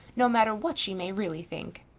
no matter what she may really think.